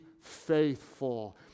faithful